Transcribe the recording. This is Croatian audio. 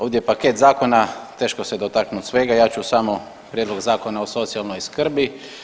Ovdje je paket zakona, teško se dotaknuti svega, ja ću samo Prijedlog Zakona o socijalnoj skrbi.